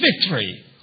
victory